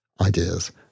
ideas